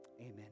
Amen